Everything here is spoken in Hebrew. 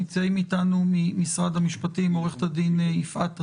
נמצאים איתנו ממשרד המשפטים: עורכת הדין יפעת רווה,